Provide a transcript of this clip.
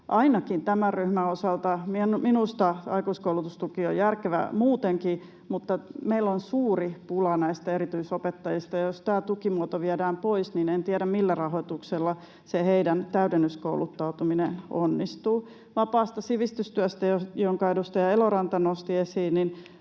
ainakin tämän ryhmän osalta. Minusta aikuiskoulutustuki on järkevää muutenkin. Mutta meillä on suuri pula näistä erityisopettajista, ja jos tämä tukimuoto viedään pois, niin en tiedä, millä rahoituksella se heidän täydennyskouluttautumisensa onnistuu. Vapaasta sivistystyöstä, jonka edustaja Eloranta nosti esiin,